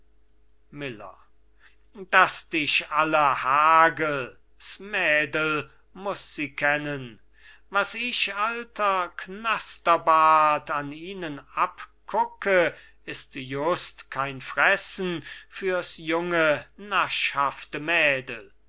miller daß dich alle hagel s mädel muß sie kennen was ich alter knasterbart an ihnen abgucke ist just kein fressen fürs junge naschhafte mädel